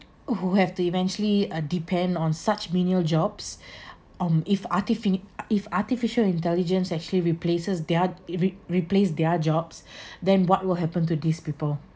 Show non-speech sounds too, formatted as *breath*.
who have to eventually uh depend on such menial jobs *breath* um if artifini~ if artificial intelligence actually replaces their re~ replace their jobs *breath* then what will happen to these people